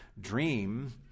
dream